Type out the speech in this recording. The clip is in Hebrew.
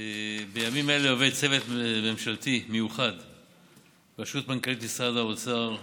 בימים אלה עובד צוות ממשלתי מיוחד בראשות מנכ"לית משרד האוצר הגב'